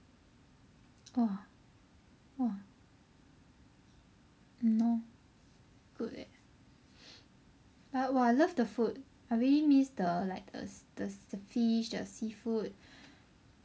!wah! !wah! !hannor! good leh !wah! I love the food I really miss the like the the the fish the seafood